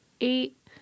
Eight